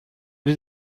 did